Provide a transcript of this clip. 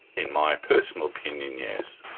in my personal opinion, yes.